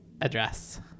address